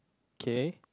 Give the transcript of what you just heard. K